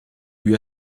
lui